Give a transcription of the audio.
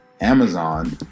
Amazon